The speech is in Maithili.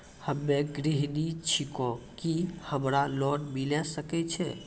हम्मे गृहिणी छिकौं, की हमरा लोन मिले सकय छै?